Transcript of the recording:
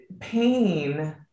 pain